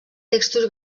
textos